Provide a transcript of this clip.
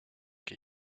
que